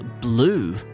blue